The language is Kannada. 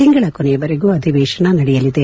ತಿಂಗಳ ಕೊನೆಯವರೆಗೂ ಅಧಿವೇಶನ ನಡೆಯಲಿದೆ